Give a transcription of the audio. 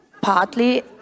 partly